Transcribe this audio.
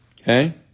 Okay